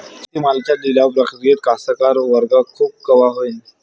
शेती मालाच्या लिलाव प्रक्रियेत कास्तकार वर्ग खूष कवा होईन?